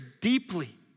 deeply